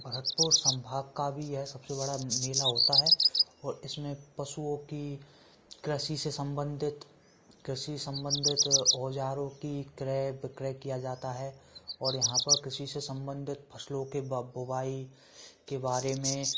भरतपुर संभाग का भी यह सबसे बड़ा मेला होता है और इसमें पशुओं की कृषि से संबंधित कृषि संबंधित औजारों की क्रय विक्रय किया जाता है और यहाँ पर कृषि से संबंधित फसलों के बोआई के बारे में